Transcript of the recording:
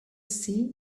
sea